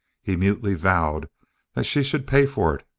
he mutely vowed that she should pay for it,